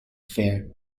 fair